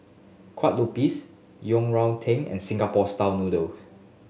Kueh Lopes Yang Rou Tang and Singapore style noodle